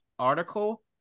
article